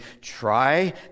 try